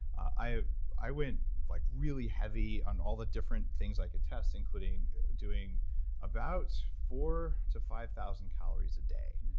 i i went like really heavy on all the different things i could test including doing about four to five thousand calories a day.